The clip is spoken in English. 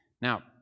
Now